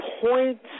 point